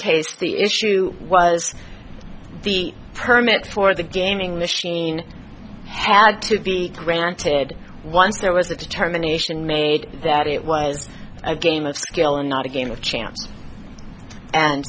case the issue was the permit for the gaming machine had to be granted once there was a determination made that it was a game of skill and not a game of chance and